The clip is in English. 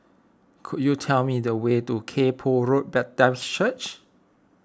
could you tell me the way to Kay Poh Road Baptist Church